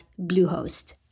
Bluehost